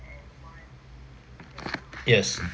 yes